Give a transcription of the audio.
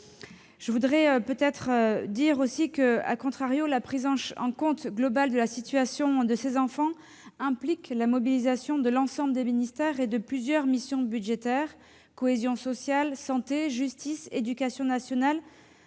parcours de soins, notamment psychologiques. La prise en compte globale de la situation de ces enfants implique la mobilisation de l'ensemble des ministères et de plusieurs missions budgétaires : cohésion sociale, santé, justice, éducation nationale.